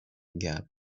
gap